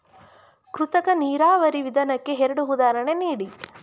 ಕೃತಕ ನೀರಾವರಿ ವಿಧಾನಕ್ಕೆ ಎರಡು ಉದಾಹರಣೆ ನೀಡಿ?